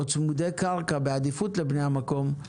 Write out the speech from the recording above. או צמודי קרקע בעדיפות לבני המקום.